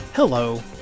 Hello